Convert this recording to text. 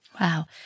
Wow